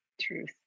Truth